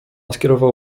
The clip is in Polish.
skierował